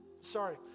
sorry